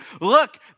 Look